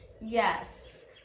Yes